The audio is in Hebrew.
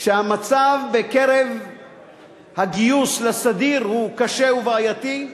שהמצב בקרב הגיוס לסדיר הוא קשה ובעייתי,